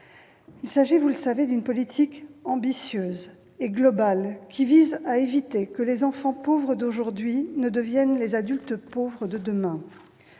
il s'agit d'une politique ambitieuse et globale, qui vise à éviter que les enfants pauvres d'aujourd'hui ne deviennent les adultes pauvres de demain.